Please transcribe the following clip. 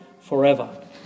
forever